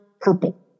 purple